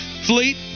Fleet